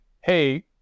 hey